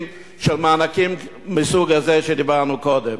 של מענקים מהסוג הזה שדיברנו עליו קודם.